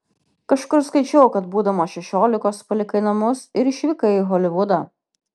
kažkur skaičiau kad būdamas šešiolikos palikai namus ir išvykai į holivudą